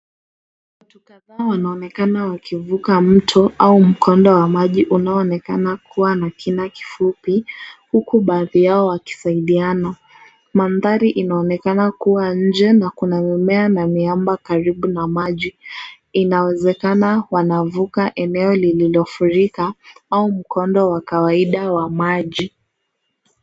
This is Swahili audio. Watu kadhaa wanaonekana wakivuka mto au mkondo wa maji unaoonekana kuwa na kina kifupi huku baadhi yao wakisaidiana. Mandhari inaonekana kuwa nje na kuna mimea na miamba karibu na maji. Inawezekana wanavuka eneo lililofurika au mkondo wa kawaida wa maji.